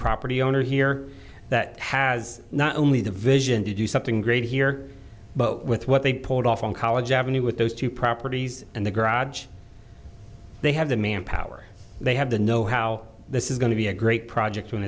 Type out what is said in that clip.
property owner here that has not only the vision to do something great here but with what they pulled off on college avenue with those two properties and the garage they have the manpower they have the know how this is going to be a great project when